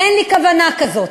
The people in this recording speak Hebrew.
אין לי כוונה כזאת.